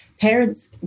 parents